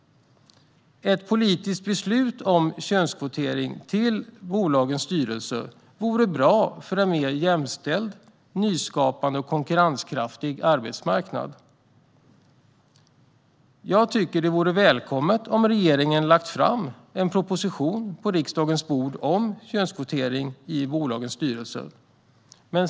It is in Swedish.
Ett politiskt beslut om könskvotering till bolagens styrelser vore bra för en mer jämställd, nyskapande och konkurrenskraftig arbetsmarknad. Det hade varit välkommet om regeringen lagt fram en proposition på riksdagens bord om könskvotering i bolagsstyrelser.